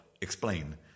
explain